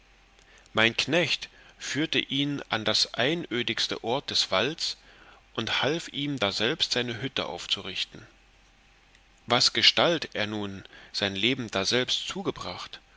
mein knecht führte ihn an das einödiste ort des walds und half ihm daselbst seine hütte aufrichten wasgestalt er nun sein leben daselbst zugebracht